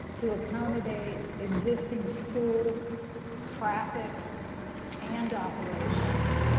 to accommodate existing school traffic and operations,